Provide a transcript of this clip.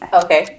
okay